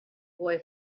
boy